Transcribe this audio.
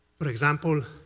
for example,